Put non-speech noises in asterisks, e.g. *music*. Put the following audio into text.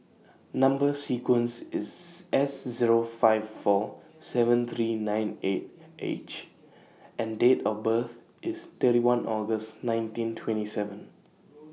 Number sequence IS *noise* S Zero five four seven three nine eight H and Date of birth IS thirty one August nineteen twenty seven